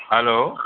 hello